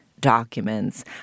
documents